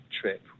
trip